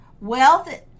Wealth